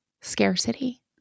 scarcity